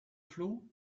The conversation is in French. flot